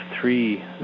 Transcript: three